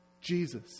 Jesus